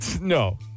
No